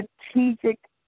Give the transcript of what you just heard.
strategic